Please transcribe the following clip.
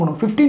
15